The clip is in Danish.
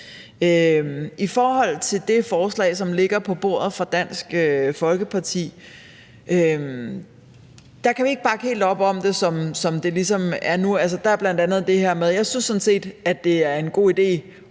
I forhold til det forslag, som ligger på bordet, fra Dansk Folkeparti: Det kan vi ikke bakke helt op om, som det ligesom er nu. Altså, der er bl.a. det her med en uvildig undersøgelse. Jeg synes sådan set, at det er god idé